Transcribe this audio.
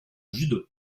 judo